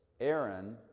Aaron